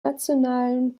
nationalen